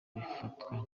bifatwa